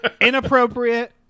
Inappropriate